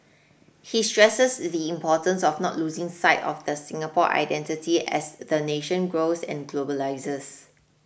he stresses the importance of not losing sight of the Singapore identity as the nation grows and globalises